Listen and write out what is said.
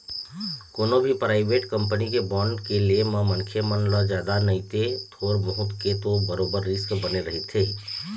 कोनो भी private company के बांड के ले म मनखे मन ल जादा नइते थोर बहुत के तो बरोबर रिस्क बने रहिथे ही